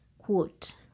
Quote